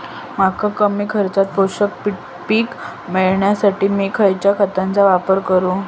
मका कमी खर्चात पोषक पीक मिळण्यासाठी मी खैयच्या खतांचो वापर करू?